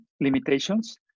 limitations